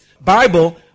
Bible